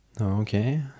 Okay